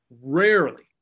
rarely